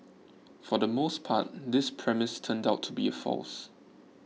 for the most part this premise turned out to be a false